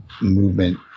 movement